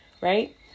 Right